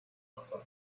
razón